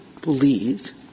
believed